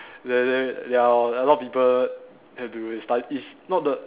there there there are a lot of people have to study is not the